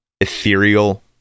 ethereal